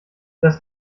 das